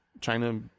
China